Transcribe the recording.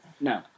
No